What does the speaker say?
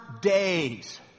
days